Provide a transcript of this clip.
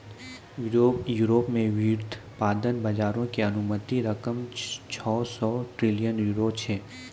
Europe मे व्युत्पादन बजारो के अनुमानित रकम छौ सौ ट्रिलियन यूरो छै